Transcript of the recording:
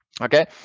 Okay